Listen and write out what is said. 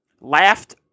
laughed